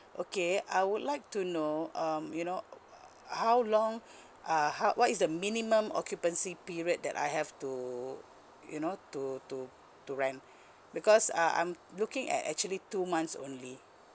okay I would like to know um you know how long uh how what is the minimum occupancy period that I have to you know to to to rent because uh I'm looking at actually two months only